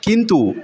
কিন্তু